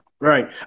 right